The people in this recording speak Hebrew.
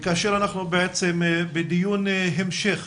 אנחנו בעצם בדיון המשך